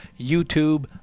YouTube